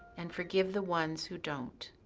and forgive the ones who don't,